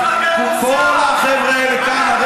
כל החבר'ה האלה כאן,